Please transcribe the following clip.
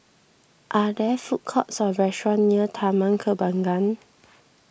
are there food courts or restaurants near Taman Kembangan